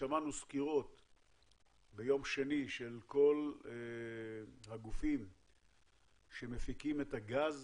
שמענו ביום שני סקירות של כל הגופים שמפיקים את הגז